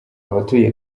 abatuye